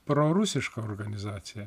prorusiška organizacija